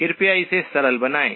कृपया इसे सरल बनाएं